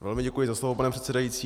Velmi děkuji za slovo, pane předsedající.